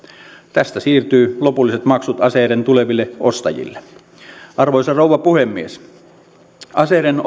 tästä siirtyvät lopulliset maksut aseiden tuleville ostajille arvoisa rouva puhemies aseiden